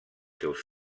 seus